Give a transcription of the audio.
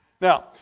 Now